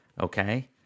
Okay